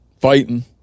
fighting